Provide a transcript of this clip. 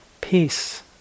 peace